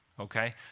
okay